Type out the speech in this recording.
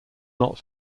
not